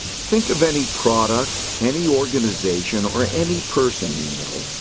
think of any product, any organization, or any person you know,